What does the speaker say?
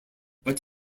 but